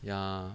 ya